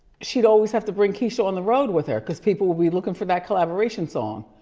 she'd always have to bring keyshia on the road with her, cause people will be looking for that collaboration song.